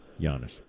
Giannis